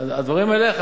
הדברים אליך.